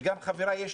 וגם חבריי,